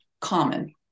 common